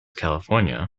california